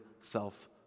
self